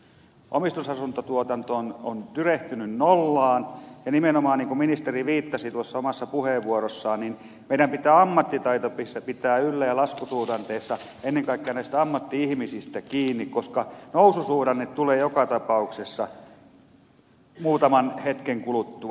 omistusasuntotuotanto on tyrehtynyt nollaan ja nimenomaan niin kuin ministeri viittasi omassa puheenvuorossaan meidän pitää ammattitaitoa pitää yllä ja laskusuhdanteessa ennen kaikkea näistä ammatti ihmisistä pitää kiinni koska noususuhdanne tulee joka tapauksessa muutaman hetken kuluttua